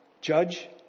judge